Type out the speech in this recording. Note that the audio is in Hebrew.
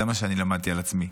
זה מה שאני למדתי על עצמי,